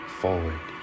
forward